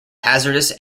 hazardous